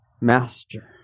Master